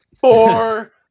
four